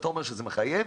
כשאתה אומר שזה מחייב,